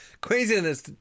craziness